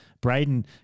Braden